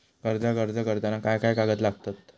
कर्जाक अर्ज करताना काय काय कागद लागतत?